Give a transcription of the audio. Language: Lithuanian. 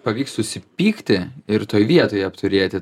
pavyks susipykti ir toj vietoje apturėti